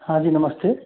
हाँ जी नमस्ते